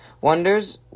Wonders